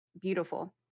beautiful